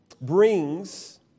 brings